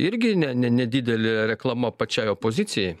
irgi ne ne nedidelė reklama pačiai opozicijai